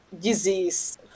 disease